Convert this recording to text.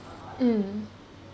mm